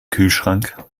kühlschrank